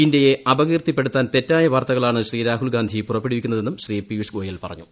ഇന്ത്യയെ അപകീർത്തിപ്പെടുത്താൻ തെറ്റായി പ്പാർത്തകളാണ് ശ്രീ രാഹുൽ ഗാന്ധി പുറപ്പെടുവിക്കുന്നതെന്നും ശ്രീ പിയൂഷ് ഗോയൽ പറഞ്ഞു